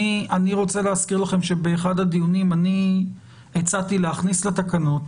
אני רוצה להזכיר לכם שבאחד הדיונים הצעתי להכניס לתקנות